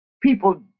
people